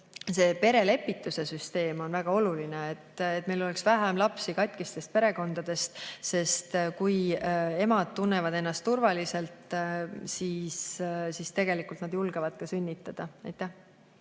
see perelepituse süsteem on väga oluline, et meil oleks vähem lapsi katkistest perekondadest. Kui emad tunnevad ennast turvaliselt, siis nad julgevad sünnitada. Merry